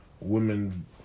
women